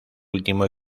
último